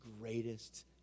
greatest